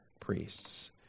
priests